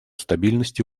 стабильности